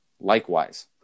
likewise